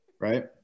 Right